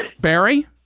Barry